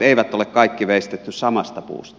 eivät ole kaikki veistetyt samasta puusta